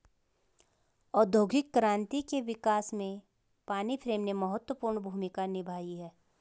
औद्योगिक क्रांति के विकास में पानी फ्रेम ने महत्वपूर्ण भूमिका निभाई है